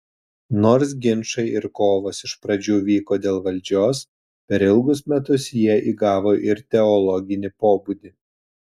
nors ginčai ir kovos iš pradžių vyko dėl valdžios per ilgus metus jie įgavo ir teologinį pobūdį